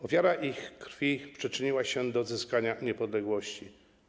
Ofiara ich krwi przyczyniła się do odzyskania niepodległości.